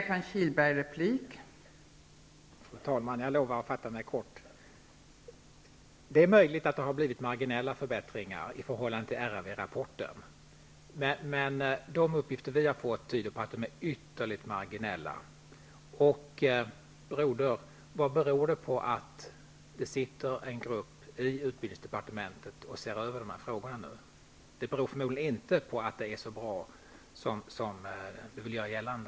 Fru talman! Det är möjligt att det har blivit marginella förbättringar i förhållande till RRV rapporten, men de uppgifter vi har fått tyder på att de är ytterligt marginella. Och broder! Vad beror det på att det sitter en grupp i utbildningsdepartementet och ser över de här frågorna nu? Det beror förmodligen inte på att det är så bra som man vill göra gällande.